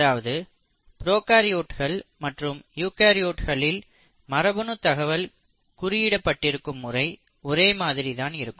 அதாவது ப்ரோகாரியோட்கள் மற்றும் யூகரியோட்களில் மரபணு தகவல் குறியிடப்பட்டிருக்கும் முறை ஒரே மாதிரி தான் இருக்கும்